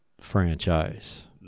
franchise